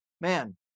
man